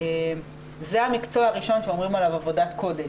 שזה המקצוע הראשון שאומרים עליו "עבודת קודש".